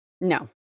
No